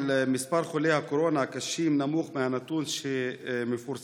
שמספר חולי הקורונה הקשים נמוך מהנתון שמפורסם,